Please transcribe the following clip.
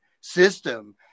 system